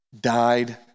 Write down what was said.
died